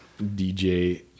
DJ